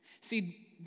See